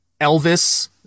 Elvis